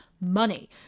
money